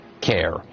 care